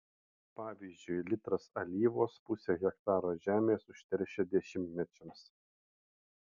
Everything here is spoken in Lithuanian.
pavyzdžiui litras alyvos pusę hektaro žemės užteršia dešimtmečiams